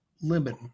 limit